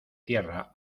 tierra